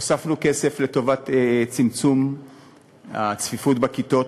הוספנו כסף לטובת צמצום הצפיפות בכיתות,